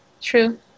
true